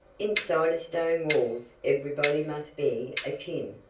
inside of stone walls everybody must be akin.